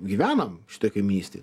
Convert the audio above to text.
gyvenam šitoj kaimynystėj